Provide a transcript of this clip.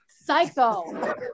Psycho